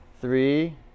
Three